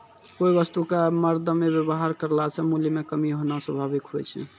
कोय वस्तु क मरदमे वेवहार करला से मूल्य म कमी होना स्वाभाविक हुवै छै